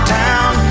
town